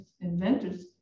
inventors